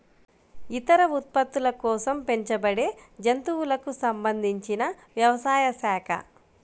ఇతర ఉత్పత్తుల కోసం పెంచబడేజంతువులకు సంబంధించినవ్యవసాయ శాఖ